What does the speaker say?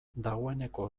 dagoeneko